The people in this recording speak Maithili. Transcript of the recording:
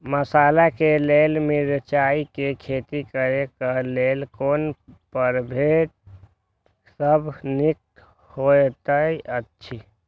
मसाला के लेल मिरचाई के खेती करे क लेल कोन परभेद सब निक होयत अछि?